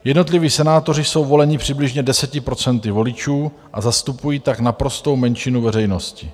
Jednotliví senátoři jsou voleni přibližně 10 % voličů a zastupují tak naprostou menšinu veřejnosti.